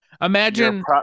imagine